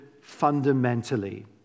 fundamentally